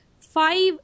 five